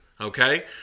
okay